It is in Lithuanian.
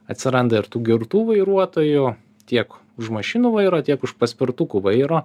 atsiranda ir tų girtų vairuotojų tiek už mašinų vairo tiek už paspirtukų vairo